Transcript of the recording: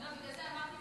לא, בגלל זה אמרתי,